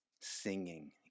singing